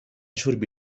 شرب